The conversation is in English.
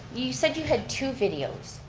you said you had two videos.